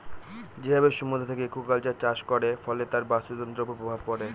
যেভাবে সমুদ্র থেকে একুয়াকালচার চাষ করে, ফলে তার বাস্তুতন্ত্রের উপর প্রভাব পড়ে